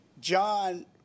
John